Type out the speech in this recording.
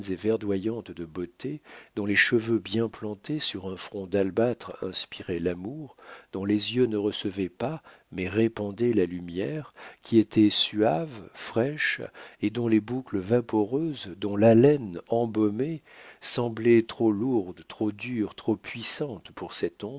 verdoyantes de beauté dont les cheveux bien plantés sur un front d'albâtre inspiraient l'amour dont les yeux ne recevaient pas mais répandaient la lumière qui était suave fraîche et dont les boucles vaporeuses dont l'haleine embaumée semblaient trop lourdes trop dures trop puissantes pour cette